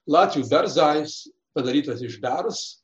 latvių berzais padarytas iš berzs